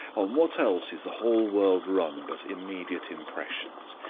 on what else is the whole world run but immediate impressions?